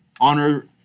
honor